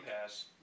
Pass